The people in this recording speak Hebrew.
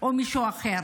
או מישהו אחר.